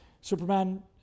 Superman